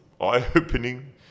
eye-opening